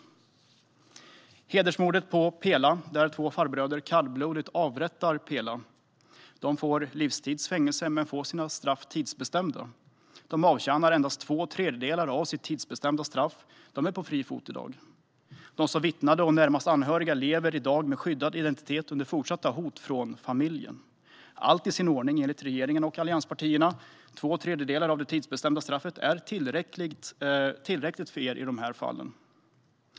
De som begick hedersmordet på Pela - två farbröder som kallblodigt avrättade henne - fick livstids fängelse men fick sina straff tidsbestämda. De avtjänade endast två tredjedelar av sina tidsbestämda straff och är på fri fot i dag. De som vittnade och anhöriga lever i dag med skyddad identitet under fortsatta hot från familjen. Allt är i sin ordning, enligt regeringen och allianspartierna. Två tredjedelar av det tidsbestämda straffet är enligt er tillräckligt i fall som dessa.